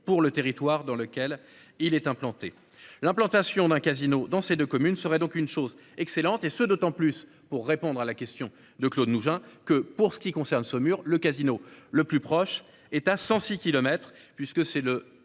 pour le territoire dans lequel il est implanté l'implantation d'un casino dans ces 2 communes seraient donc une chose excellente et ce d'autant plus pour répondre à la question de Claude Mougin que pour ce qui concerne Saumur le casino le plus proche est à 106 kilomètres puisque c'est le